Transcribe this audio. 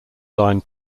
line